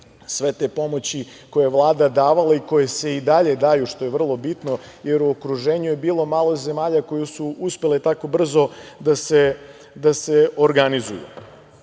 sve te pomoći koje je Vlada davala i koje se i dalje daju, što je vrlo bitno, jer u okruženju je bilo malo zemalja koje su uspele tako brzo da se organizuju. Mi